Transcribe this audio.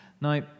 Now